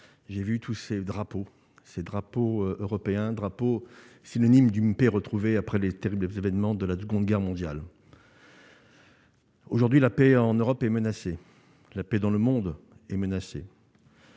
j'ai vu tous les drapeaux européens, synonymes d'une paix retrouvée après les terribles événements de la Seconde Guerre mondiale. Aujourd'hui, la paix en Europe et la paix dans le monde sont menacées.